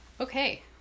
okay